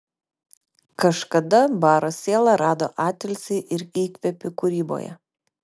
kažkada baro siela rado atilsį ir įkvėpį kūryboje